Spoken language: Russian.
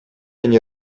они